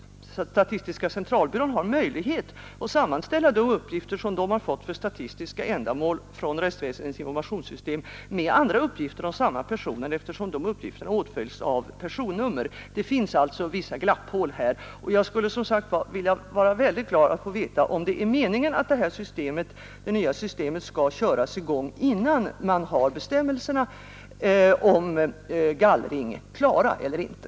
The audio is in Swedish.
Statistiska centralbyrån har också möjlighet att sammanställa de uppgifter som den har fått för statistiska ändamål från rättsväsendets informationssystem med andra uppgifter om samma person, eftersom de uppgifterna åtföljs av personnummer. Det finns alltså ett visst glapprum. Jag skulle som sagt var vara väldigt glad att få veta om det är meningen att det nya systemet skall köras i gång innan man har bestämmelserna om gallring klara eller inte.